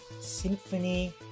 Symphony